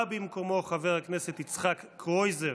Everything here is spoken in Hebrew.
בא במקומו חבר הכנסת יצחק קרויזר.